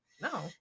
no